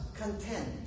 content